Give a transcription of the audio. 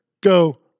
go